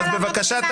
תודה רבה.